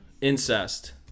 Incest